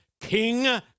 King